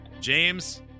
James